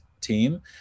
team